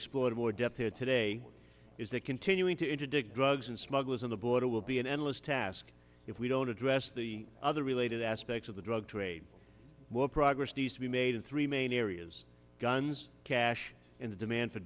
explored more depth here today is that continuing to interdict drugs and smugglers on the border will be an endless task if we don't address the other related aspects of the drug trade will progress needs to be made in three main areas guns cash in the demand for